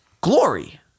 glory